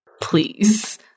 please